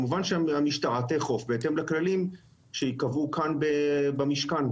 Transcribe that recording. כמובן המשטרה תאכוף בהתאם לכללים שייקבעו כאן במשכן.